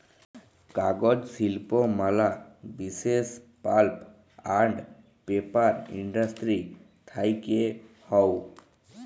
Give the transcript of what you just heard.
কাগজ শিল্প ম্যালা বিসেস পাল্প আন্ড পেপার ইন্ডাস্ট্রি থেক্যে হউ